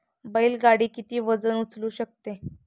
बैल गाडी किती वजन उचलू शकते?